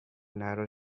narrow